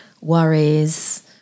worries